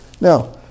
Now